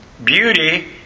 Beauty